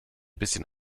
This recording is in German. bisschen